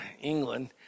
England